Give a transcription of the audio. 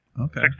Okay